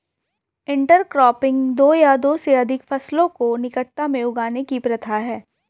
intercropping दो या दो से अधिक फसलों को निकटता में उगाने की प्रथा है